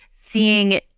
seeing